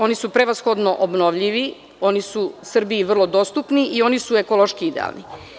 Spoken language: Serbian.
Oni su prevshodno obnovljivi, oni su Srbiji vrlo dostupni i oni su ekološki idealni.